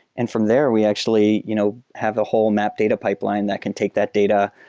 and from there, we actually you know have a whole map data pipeline that can take that data,